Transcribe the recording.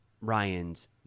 Ryan's